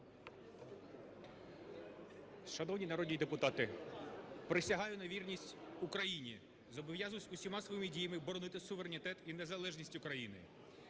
Шановні народні депутати! Присягаю на вірність Україні. Зобов'язуюсь усіма своїми діями боронити суверенітет і незалежність України,